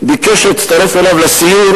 ביקש שאצטרף אליו לסיור